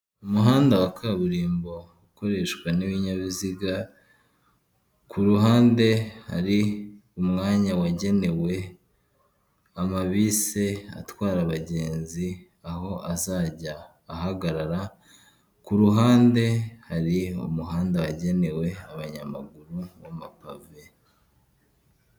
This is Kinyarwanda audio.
Umuhanda wa kaburimbo ukoreshwa n'ibinyabiziga ku ruhande hari umwanya wagenewe amabise atwara abagenzi aho azajya ahagarara, ku ruhande hari umuhanda wagenewe abanyamaguru w'amapave.